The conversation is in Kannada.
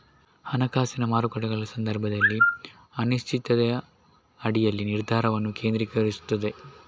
ಹಣಕಾಸಿನ ಮಾರುಕಟ್ಟೆಗಳ ಸಂದರ್ಭದಲ್ಲಿ ಅನಿಶ್ಚಿತತೆಯ ಅಡಿಯಲ್ಲಿ ನಿರ್ಧಾರವನ್ನು ಕೇಂದ್ರೀಕರಿಸುತ್ತದೆ